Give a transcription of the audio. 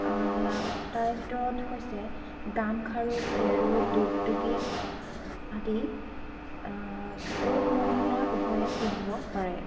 তাৰে ভিতৰত হৈছে গামখাৰু কেৰু দুগদুগী আদি পুৰুষ মহিলা উভয়ে পিন্ধিব পাৰে